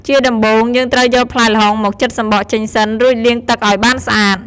ជាដំបូង យើងត្រូវយកផ្លែល្ហុងមកចិតសំបកចេញសិន រួចលាងទឹកឱ្យបានស្អាត។